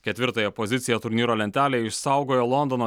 ketvirtąją poziciją turnyro lentelėje išsaugojo londono